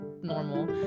normal